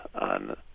on